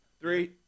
Three